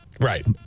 Right